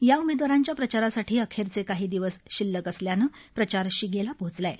या उमेदवारांच्या प्रचारासाठी अखेरचे काही दिवस शिल्लक असल्यानं प्रचार शिगेला पोहोचला आहे